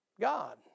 God